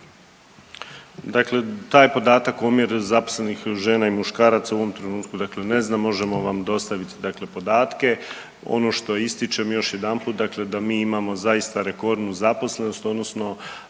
Dakle, taj podatak omjer zaposlenih žena i muškaraca u ovom trenutku dakle ne znam možemo vam dostaviti dakle podatke. Ono što ističem još jedanput dakle da mi imamo zaista rekordnu zaposlenost odnosno